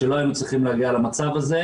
שלא היינו צריכים להגיע למצב הזה,